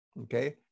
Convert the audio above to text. Okay